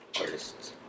artists